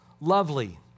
lovely